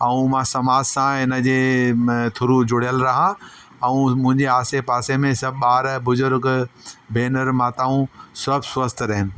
ऐं मां समाज सां इनजे थ्रू जुड़यल रहां ऐं मुंहिंजे आसे पासे में सभु ॿार बुज़ुर्ग भेनरूं माताऊं सभु स्वस्थ्यु रहन